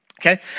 Okay